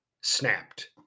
snapped